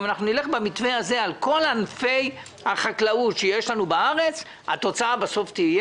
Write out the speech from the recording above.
אם נלך במתווה הזה על כל ענפי החקלאות שיש לנו בארץ התוצאה בסוף תהיה